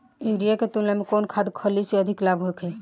Urea के तुलना में कौन खाध खल्ली से अधिक लाभ होखे?